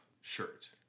Shirt